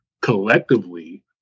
collectively